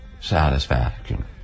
satisfaction